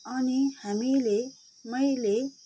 अनि हामीले मैले